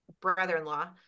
brother-in-law